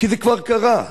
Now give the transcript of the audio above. וזה כבר קרה.